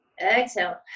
Exhale